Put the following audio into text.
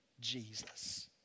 Jesus